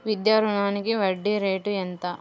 విద్యా రుణానికి వడ్డీ రేటు ఎంత?